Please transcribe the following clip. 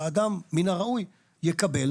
שהאדם מן הראוי יקבל,